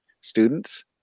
students